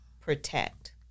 protect